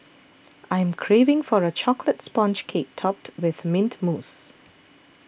I am craving for a Chocolate Sponge Cake Topped with Mint Mousse